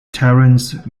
terrence